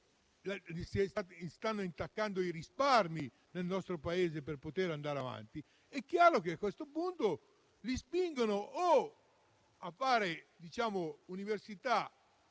stanno intaccando i risparmi, nel nostro Paese, per poter andare avanti. È chiaro che, a questo punto, si spingono i figli a frequentare università